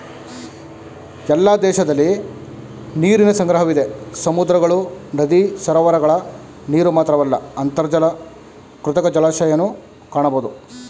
ಎಲ್ಲ ದೇಶದಲಿ ನೀರಿನ ಸಂಗ್ರಹವಿದೆ ಸಮುದ್ರಗಳು ನದಿ ಸರೋವರಗಳ ನೀರುಮಾತ್ರವಲ್ಲ ಅಂತರ್ಜಲ ಕೃತಕ ಜಲಾಶಯನೂ ಕಾಣಬೋದು